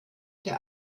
der